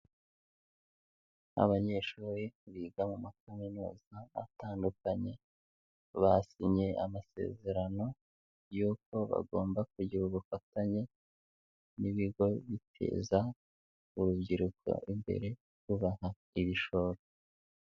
Abanyeshuri biga mu makaminuza atandukanye basinye amasezerano y'uko bagomba kugira ubufatanye n'ibigo biteza urubyiruko imbere rubaha ibishoro.